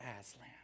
Aslan